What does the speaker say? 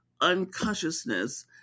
unconsciousness